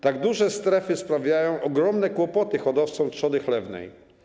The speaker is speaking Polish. Tak duże strefy sprawiają ogromne kłopoty hodowcom trzody chlewnej.